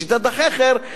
בשיטת החכר,